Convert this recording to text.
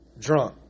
drunk